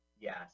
Yes